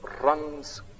runs